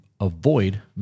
avoid